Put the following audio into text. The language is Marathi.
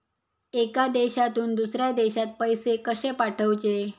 एका देशातून दुसऱ्या देशात पैसे कशे पाठवचे?